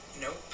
Nope